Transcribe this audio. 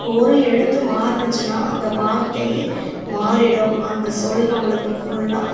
ஒரு எழுத்து மாறுச்சுனா அந்த வார்த்தையே மாறிவிடும் அந்த சொல் நம்மளுக்கு ஃபுல்லாக